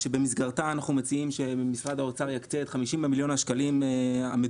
שבמסגרתה אנחנו מציעים שמשרד האוצר יקצה את 50 מיליון השקלים המדוברים,